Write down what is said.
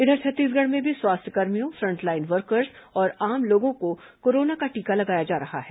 इधर छत्तीसगढ़ में भी स्वास्थ्यकर्मियों फ्रंटलाइन वर्कर्स और आम लोगों को कोरोना का टीका लगाया जा रहा है